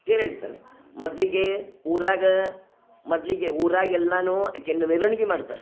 ತೇರು ಎಳಿತಾರೆ ಮೊದಲಿಗೆ ಊರಾಗ ಮೊದಲಿಗೆ ಊರಾಗೆಲ್ಲನು ಆಕೆನು ಮೆರವಣಿಗೆ ಮಾಡ್ತರೆ